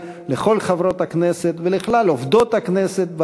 לכל חברות הכנסת ולכלל עובדות הכנסת,